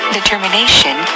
determination